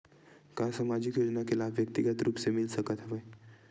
का सामाजिक योजना के लाभ व्यक्तिगत रूप ले मिल सकत हवय?